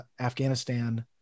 Afghanistan